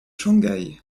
shanghai